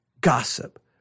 gossip